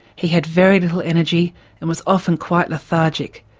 he had very little energy and was often quite lethargic.